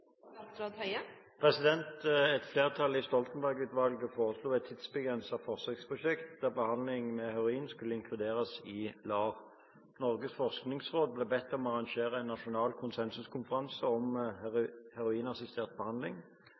Et flertall i Stoltenberg-utvalget foreslo et tidsbegrenset forsøksprosjekt der behandling med heroin skulle inkluderes i LAR, legemiddelassistert behandling. Norges forskningsråd ble bedt om å arrangere en nasjonal konsensuskonferanse om heroinassistert behandling.